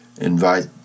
Invite